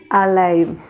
alive